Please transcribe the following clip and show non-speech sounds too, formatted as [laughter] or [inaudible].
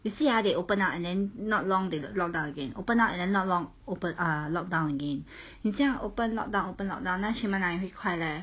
you see ah they open up and then not long they lock down again open up and then not long open ah lock down again [breath] 你这样 open lock down open lock down 那 shipment 哪里会快 leh